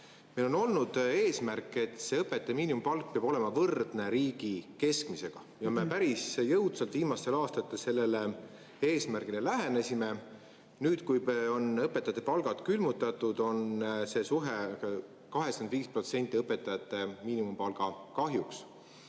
Meil on olnud eesmärk, et õpetajate miinimumpalk peab olema võrdne riigi keskmisega. Me päris jõudsalt viimastel aastatel sellele eesmärgile lähenesime. Nüüd, kui õpetajate palgad on külmutatud, on see suhe 85% õpetajate miinimumpalga kahjuks.